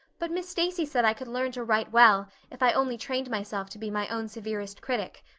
but miss stacy said i could learn to write well if i only trained myself to be my own severest critic.